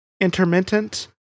intermittent